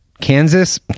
Kansas